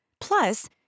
Plus